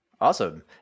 Awesome